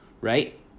right